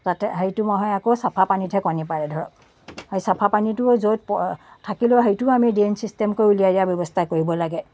তাতে সেইটো মহে আকৌ চাফা পানীতহে কণী পাৰে ধৰক এই চাফা পানীটো য'ত প থাকিলেও সেইটোও আমি ড্ৰেইন ছিষ্টেম কৰি উলিয়াই দিয়াৰ ব্য়ৱস্থা কৰিব লাগে